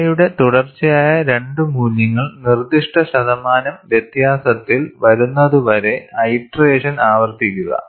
KI യുടെ തുടർച്ചയായ രണ്ട് മൂല്യങ്ങൾ നിർദ്ദിഷ്ട ശതമാനം വ്യത്യാസത്തിൽ വരുന്നതുവരെ ഐറ്ററേഷൻ ആവർത്തിക്കുക